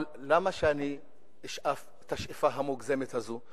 אבל למה שאני אשאף את השאיפה המוגזמת הזאת?